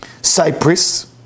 cyprus